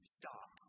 stop